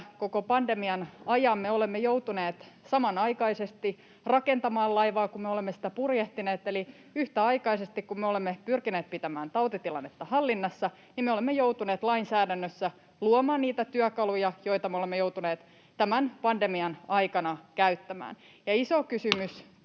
koko pandemian ajan olemme joutuneet samanaikaisesti rakentamaan laivaa, kun olemme sitä purjehtineet, eli yhtäaikaisesti kun olemme pyrkineet pitämään tautitilannetta hallinnassa, me olemme joutuneet lainsäädännössä luomaan niitä työkaluja, joita olemme joutuneet tämän pandemian aikana käyttämään. [Puhemies